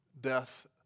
death